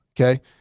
okay